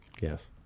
Yes